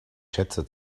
schätze